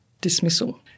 dismissal